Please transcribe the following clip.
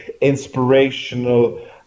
inspirational